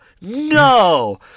No